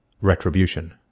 retribution